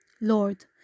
Lord